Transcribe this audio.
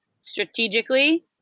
strategically